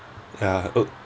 ya uh